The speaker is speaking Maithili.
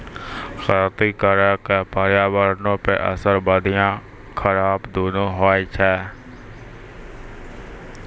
खेती करे के पर्यावरणो पे असर बढ़िया खराब दुनू होय छै